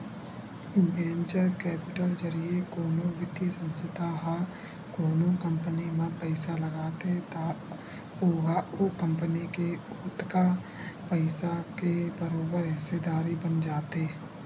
venture capital जरिए कोनो बित्तीय संस्था ह कोनो कंपनी म पइसा लगाथे त ओहा ओ कंपनी के ओतका पइसा के बरोबर हिस्सादारी बन जाथे